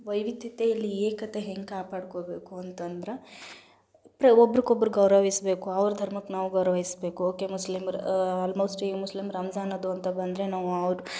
ವೈವಿಧ್ಯತೆಯಲ್ಲಿ ಏಕತೆ ಹೆಂಗೆ ಕಾಪಾಡ್ಕೋಬೇಕು ಅಂತಂದ್ರೆ ಪ್ರ ಒಬ್ರುಗೊಬ್ರು ಗೌರವಿಸಬೇಕು ಅವ್ರ ಧರ್ಮಕ್ಕೆ ನಾವು ಗೌರವಿಸಬೇಕು ಅವಕ್ಕೆ ಮುಸ್ಲಿಮರ ಆಲ್ಮೋಸ್ಟ್ ಈ ಮುಸ್ಲಿಮ್ರ ರಮ್ಜಾನ್ ಅದು ಅಂತ ಬಂದರೆ ನಾವು ಅವ್ರ